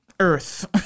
earth